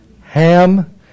Ham